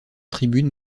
tribune